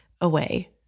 away